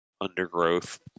undergrowth